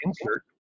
insert